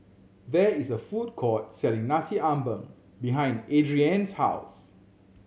there is a food court selling Nasi Ambeng behind Adrien's house